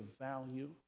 value